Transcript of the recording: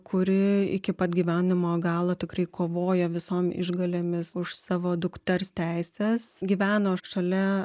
kuri iki pat gyvenimo galo tikrai kovoja visom išgalėmis už savo dukters teises gyveno šalia